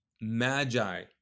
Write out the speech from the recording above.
magi